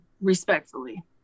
respectfully